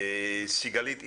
סיגלית איצקוביץ'